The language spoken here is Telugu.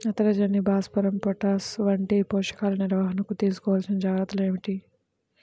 నత్రజని, భాస్వరం, పొటాష్ వంటి పోషకాల నిర్వహణకు తీసుకోవలసిన జాగ్రత్తలు ఏమిటీ?